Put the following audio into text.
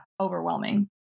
overwhelming